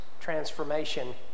transformation